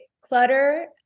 clutter